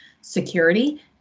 security